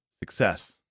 success